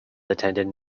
attended